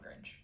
Grinch